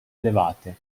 elevate